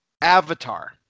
Avatar